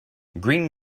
green